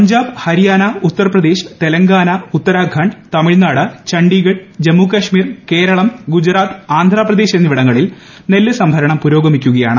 പഞ്ചാബ് ഹരിയാന ഉത്തർപ്രദേശ് തെലങ്കാന ഉത്തരാഖണ്ഡ് തമിഴ്നാട് ചണ്ഡിഗഡ് ജമ്മു കശ്മീർ കേരളം ഗുജറാത്ത് ആന്ധ്രാപ്രദേശ് എന്നിവിടങ്ങളിൽ നെല്ല് സംഭരണം പുരോഗമിക്കുകയാണ്